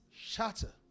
shatter